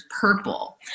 purple